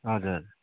हजुर